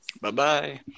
Bye-bye